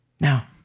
Now